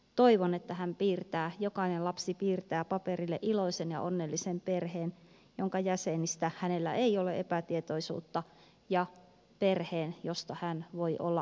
toivon että jokainen lapsi piirtää paperille iloisen ja onnellisen perheen jonka jäsenistä hänellä ei ole epätietoisuutta perheen josta hän voi olla ylpeä